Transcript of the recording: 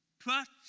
Trust